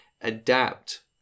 adapt